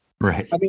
Right